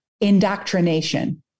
indoctrination